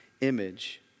image